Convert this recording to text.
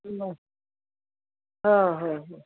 बरं हो हो हो